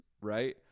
right